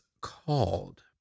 called